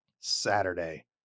Saturday